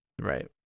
Right